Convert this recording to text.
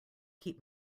keep